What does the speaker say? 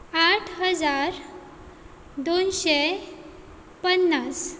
आठ हजार दोनशें पन्नास